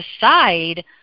decide